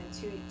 two